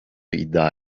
iddia